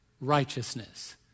righteousness